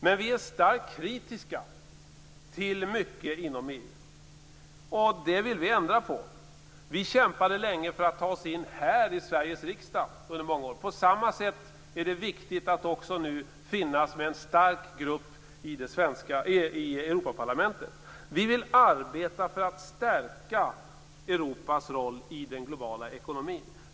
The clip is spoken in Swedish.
Men vi är starkt kritiska till mycket inom EU. Det vill vi ändra på. Vi kämpade länge för att ta oss in i Sveriges riksdag. På samma sätt är det viktigt att finnas med en stark grupp i Europaparlamentet. Vi vill arbeta för att stärka Europas roll i den globala ekonomin.